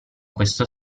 questo